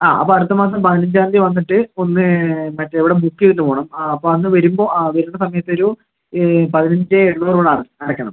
ആ അപ്പോൾ അടുത്ത മാസം പതിനഞ്ചാം തീയതി വന്നിട്ട് ഒന്ന് മറ്റെ ഇവിടെ ബുക്ക് ചെയ്തിട്ട് പോകണം ആ അപ്പോൾ അന്ന് വരുമ്പോൾ വരുന്ന സമയത്ത് ഒരു പതിനഞ്ച് എണ്ണൂറ് ഇവിടെ അടയ്ക്കണം